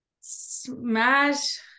smash